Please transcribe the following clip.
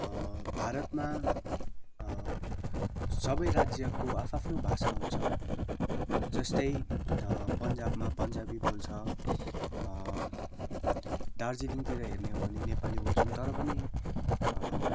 भारतमा सबै राज्यको आफ आफ्नै भाषा हुन्छ जस्तै पन्जाबमा पन्जाबी बोल्छ दार्जिलिङतिर हेर्ने हो भने नेपाली बोल्छौँ तर पनि